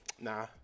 nah